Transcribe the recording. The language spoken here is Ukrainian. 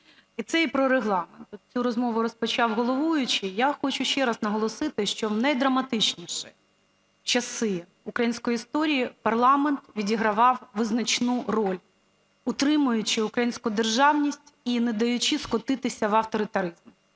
і це і про Регламент. Цю розмову розпочав головуючий, я хочу ще раз наголосити, що в найдраматичніші часи української історії парламент відігравав визначну роль, утримуючи українську державність і не даючи скотитися в авторитаризм.